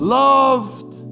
loved